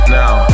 now